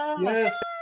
Yes